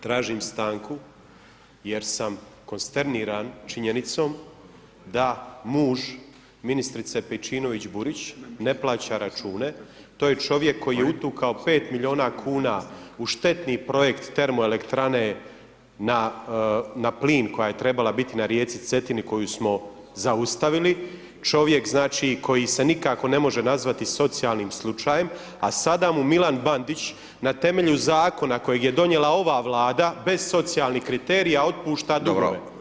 Tražim stanku jer sam konsterniran činjenicom da muž ministrice Pejčinović Burić ne plaća račune, to je čovjek koji je utukao 5 milijuna kuna u štetni projekt termoelektrane na plin koja je trebala biti na rijeci Cetini koju smo zaustavili, čovjek znači koji se nikako ne može nazvati socijalnim slučajem, a sada mu Milan Bandić, na temelju zakona kojeg je donijela ova Vlada bez socijalnih kriterija otpušta dugove.